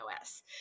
OS